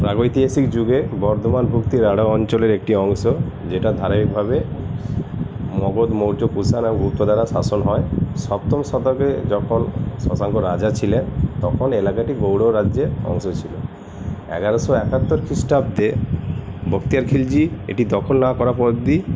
প্রাগৈতিহাসিক যুগে বর্ধমান ভুক্তি রাঢ় অঞ্চলের একটি অংশ যেটা ধারাবাহিকভাবে মগধ মৌর্য এবং গুপ্ত দ্বারা শাসন হয় সপ্তম শতকে যখন শশাঙ্ক রাজা ছিলেন তখন এলাকাটি গৌড় রাজ্যের অংশ ছিল এগারোশো একাত্তর খ্রিস্টাব্দে বখতিয়ার খিলজি এটি দখল না করা অব্দি